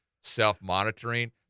self-monitoring